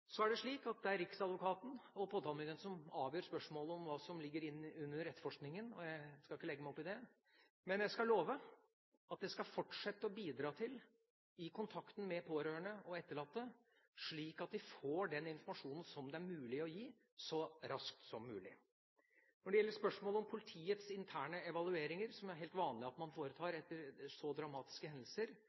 Så er det slik at det er riksadvokaten og påtalemyndigheten som avgjør spørsmålet om hva som ligger inn under etterforskningen. Jeg skal ikke legge meg opp i det, men jeg skal love at jeg skal fortsette å bidra i kontakten med pårørende og etterlatte, slik at de får den informasjonen det er mulig å gi, så raskt som mulig. Når det gjelder spørsmålet om politiets interne evalueringer, som er helt vanlig at man foretar etter så dramatiske hendelser,